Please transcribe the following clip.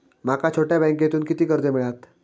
माका छोट्या बँकेतून किती कर्ज मिळात?